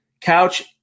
couch –